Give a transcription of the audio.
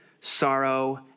sorrow